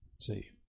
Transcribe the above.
See